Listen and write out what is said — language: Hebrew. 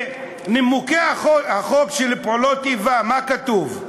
בנימוקי החוק של פעולות איבה, מה כתוב?